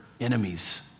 enemies